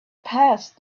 passed